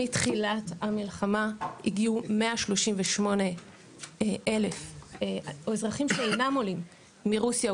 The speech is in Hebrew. שמתחילת המלחמה הגיעו 138,000 אזרחים שאינם עולים מרוסיה,